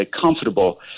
comfortable